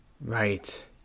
Right